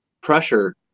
pressure